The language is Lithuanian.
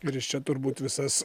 ir iš čia turbūt visas